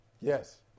Yes